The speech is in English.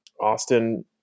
Austin